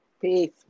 Peace